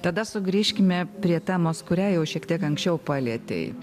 tada sugrįžkime prie temos kurią jau šiek tiek anksčiau palietei